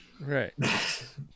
right